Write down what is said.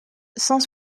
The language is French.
cent